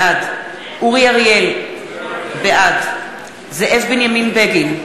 בעד אורי אריאל, בעד זאב בנימין בגין,